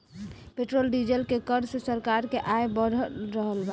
petrol diesel के कर से सरकार के आय बढ़ रहल बा